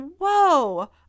whoa